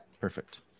Perfect